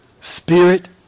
spirit